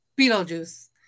Beetlejuice